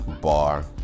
bar